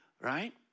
right